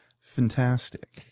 Fantastic